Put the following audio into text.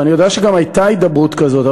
ואני יודע שגם הייתה הידברות כזאת,